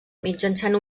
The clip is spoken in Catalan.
mitjançant